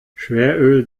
schweröl